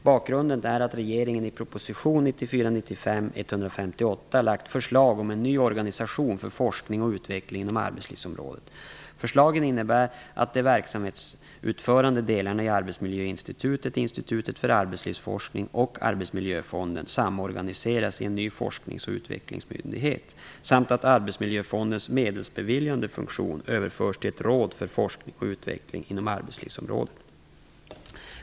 Bakgrunden är att regeringen i proposition Förslagen innebär att de verksamhetsutförande delarna i Arbetsmiljöinstitutet, Institutet för arbetslivsforskning och Arbetsmiljöfonden samorganiseras i en ny Forsknings och Utvecklingsmyndighet samt att Arbetsmiljöfondens medelsbeviljande funktion överförs till ett Råd för Forskning och Utveckling inom arbetslivsområdet.